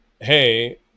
Hey